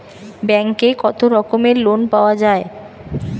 ব্যাঙ্কে কত রকমের লোন পাওয়া য়ায়?